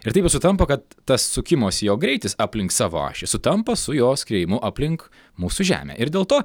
ir taip jau sutampa kad tas sukimosi jo greitis aplink savo ašį sutampa su jo skriejimu aplink mūsų žemę ir dėl to